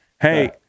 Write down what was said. Hey